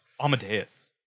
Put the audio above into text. Amadeus